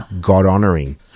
God-honoring